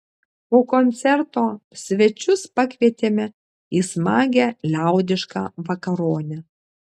po koncerto svečius pakvietėme į smagią liaudišką vakaronę